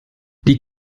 die